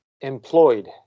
employed